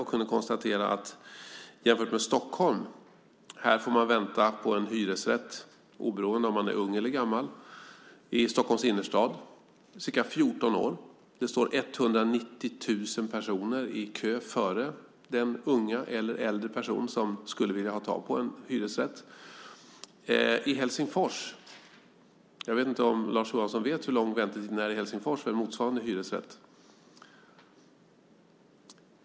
I Stockholms innerstad får man vänta på en hyresrätt, oberoende av om man är ung eller gammal, i ca 14 år. Det står 190 000 personer i kö före den unga eller äldre person som skulle vilja ha tag på en hyresrätt. Jag vet inte om Lars Johansson vet hur lång väntetiden är i Helsingfors för motsvarande hyresrätt.